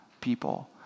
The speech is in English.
people